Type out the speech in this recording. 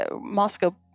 Moscow